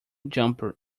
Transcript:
jumper